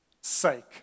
sake